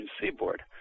seaboard